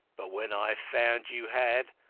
but when i found you had,